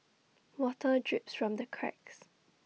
water drips from the cracks